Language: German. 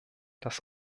das